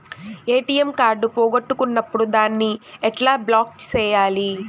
ATM card పోగొట్టుకున్నప్పుడు దాన్ని ఎట్లా బ్లాక్ సేయాలి